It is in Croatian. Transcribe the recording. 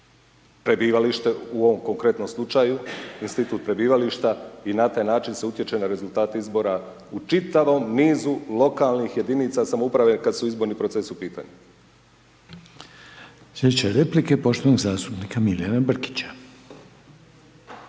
prebivalište u ovom konkretnom slučaju, institut prebivališta, i na taj način se utječe na rezultate izbora u čitavom nizu lokalnih jedinica samouprave kad su izborni procesi u pitanju. **Reiner, Željko (HDZ)** Slijedeće replike, poštovanog zastupnika Milijana Brkića.